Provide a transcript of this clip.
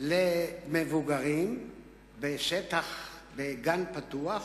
למבוגרים בגן פתוח,